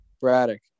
Braddock